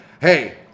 hey